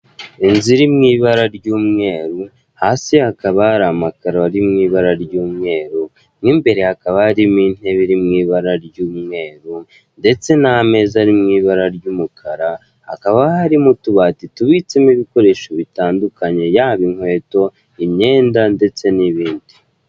Inzu iri mu ibara ry'umweru, hasi hakaba hari amakaro ari mu ibara ry'umweru, mo imbere hakaba harimo intebe iri mu ibara ry'umweru ndetse n'ameza ari mu ibara ry'umukara, hakaba harimo utubati tubitsemo ibikoresho bitandukanye, yaba inkweto, imyenda ndetse n'ibindi.